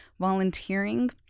volunteering